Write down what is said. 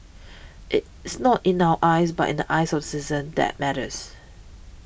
it's not in our eyes but in the eyes of the citizens that matter